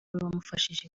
wamufashije